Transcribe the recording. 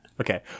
Okay